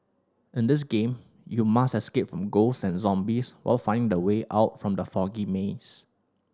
in this game you must escape from ghost and zombies while finding the way out from the foggy maze